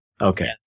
Okay